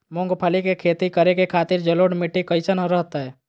मूंगफली के खेती करें के खातिर जलोढ़ मिट्टी कईसन रहतय?